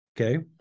Okay